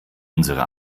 unsere